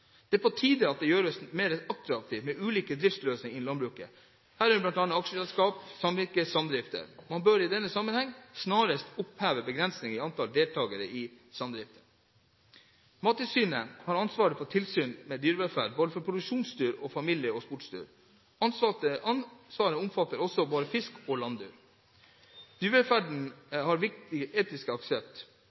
Det er på tide at det bør gjøres mer attraktivt med ulike driftsløsninger innen landbruket, herunder bl.a. aksjeselskap, samvirke eller samdrifter. Man bør i denne sammenheng snarest oppheve begrensningen i antall deltakere i samdrifter. Mattilsynet har ansvaret for tilsyn med dyrevelferd for både produksjonsdyr og familie- og sportsdyr. Ansvaret omfatter også både fisk og landdyr. Dyrevelferd har viktige etiske